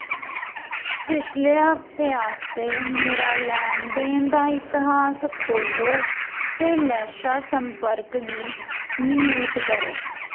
पिछले हफ्ते आस्तै मेरा लैन देन दा इतिहास खोह्ल्लो ते लेशा संपर्क गी म्यूट करो